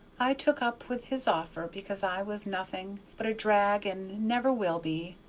i took up with his offer because i was nothing but a drag and never will be.